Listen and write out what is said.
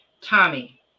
Tommy